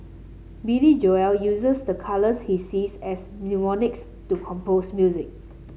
Billy Joel uses the colours he sees as mnemonics to compose music